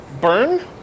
burn